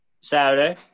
Saturday